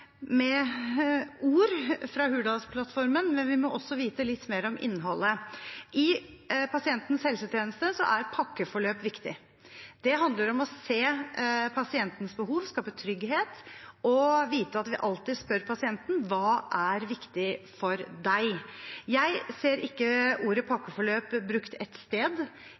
ord fra Hurdalsplattformen, men vi må også vite litt mer om innholdet. I pasientens helsetjeneste er pakkeforløp viktig. Det handler om å se pasientens behov, skape trygghet og vite at vi alltid spør pasienten: Hva er viktig for deg? Jeg ser ikke ordet «pakkeforløp» brukt ett sted